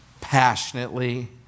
passionately